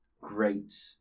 great